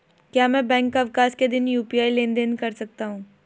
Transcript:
क्या मैं बैंक अवकाश के दिन यू.पी.आई लेनदेन कर सकता हूँ?